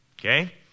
Okay